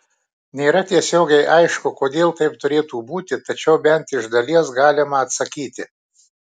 nėra tiesiogiai aišku kodėl taip turėtų būti tačiau bent iš dalies galima atsakyti